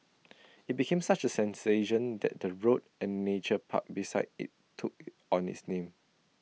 IT became such A sensation that the road and Nature Park beside IT took on its name